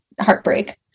heartbreak